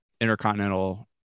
Intercontinental